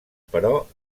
però